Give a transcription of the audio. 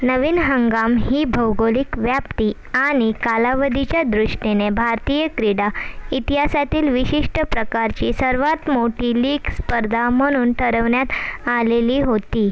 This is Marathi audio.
नवीन हंगाम ही भौगोलिक व्याप्ती आणि कालावधीच्या दृष्टीने भारतीय क्रीडा इतिहासातील विशिष्ट प्रकारची सर्वात मोठी लीग स्पर्धा म्हणून ठरवण्यात आलेली होती